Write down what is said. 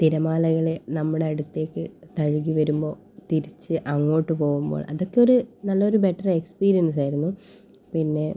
തിരമാലകളെ നമ്മുടെ അടുത്തേക്ക് തഴുകി വരുമ്പോൾ തിരിച്ച് അങ്ങോട്ട് പോവുമ്പോൾ അതൊക്കെ ഒരു നല്ലൊരു ബെറ്റർ എക്സ്പീരിയൻസ് ആയിരുന്നു പിന്നെ